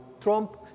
Trump